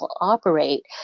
operate